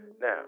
Now